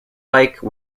like